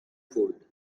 fooled